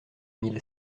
mille